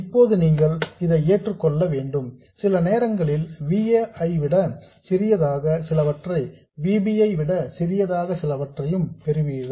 இப்போது நீங்கள் இதை ஏற்றுக்கொள்ள வேண்டும் சில நேரங்களில் V a ஐ விட சிறியதாக சிலவற்றை V b விட சிறியதாக சிலவற்றையும் பெறுவீர்கள்